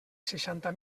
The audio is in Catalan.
seixanta